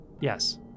Yes